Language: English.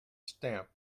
stamp